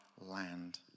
land